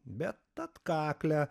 bet atkaklią